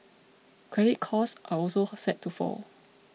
credit costs are also set to fall